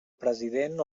president